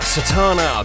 Satana